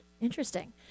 Interesting